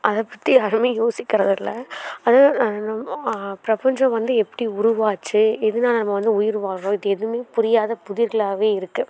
அதைப்பத்தி யாருமே யோசிக்கிறதில்லை அது பிரபஞ்சம் வந்து எப்படி உருவாச்சு எதனால நம்ம வந்து உயிர் வாழ்றோம் இது எதுவுமே புரியாத புதிர்களாகவே இருக்கு